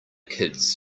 kids